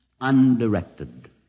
undirected